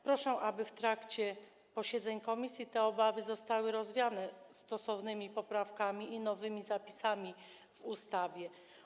Proszę, aby w trakcie posiedzeń komisji te obawy zostały rozwiane stosownymi poprawkami i nowymi zapisami w ustawie.